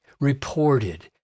reported